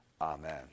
Amen